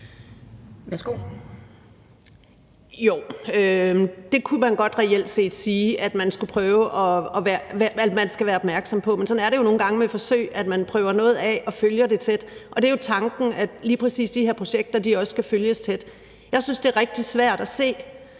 det kunne man godt reelt set sige at man skal være opmærksom på. Men sådan er det jo nogle gange med forsøg, altså man prøver noget af og følger det tæt. Det er jo tanken, at lige præcis de her projekter også skal følges tæt. Jeg synes, det er rigtig svært at se,